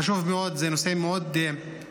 זה חשוב מאוד, זה נושא מאוד חשוב.